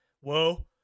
whoa